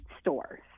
stores